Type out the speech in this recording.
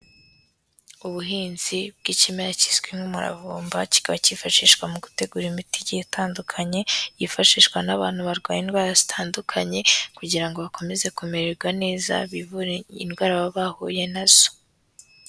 Ubuhinzi bw'ikimera kizwi nk'umuravumba, kikaba kifashishwa mu gutegura imiti igiye itandukanye, yifashishwa n'abantu barwaye indwara zitandukanye, kugira ngo bakomeze kumererwa neza bivure indwara baba bahuye na zo.